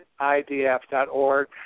idf.org